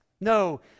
No